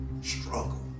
struggle